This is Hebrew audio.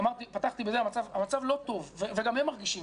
פתחתי בכך שהמצב לא טוב וגם הם מרגישים